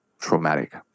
traumatic